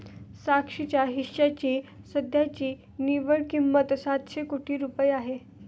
साक्षीच्या हिश्श्याची सध्याची निव्वळ किंमत सातशे कोटी रुपये आहे